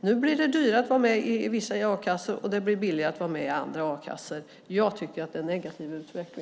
Nu blir det dyrare att vara med i vissa a-kassor medan det blir billigare att vara med i andra. Jag tycker att det är en negativ utveckling.